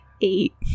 Eight